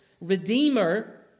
Redeemer